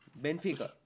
Benfica